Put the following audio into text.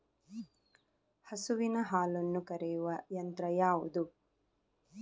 ಹಸುವಿನ ಹಾಲನ್ನು ಕರೆಯುವ ಯಂತ್ರ ಯಾವುದು?